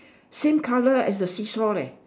same colour as the sea shore leh